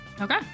Okay